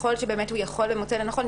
ככל שבאמת הוא יכול ומוצא לנכון,